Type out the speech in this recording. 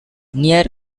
near